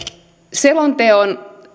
selonteon